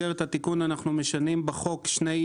עשיתם הסכם עם משרד האוצר כדי להפחית אחוז או שני אחוז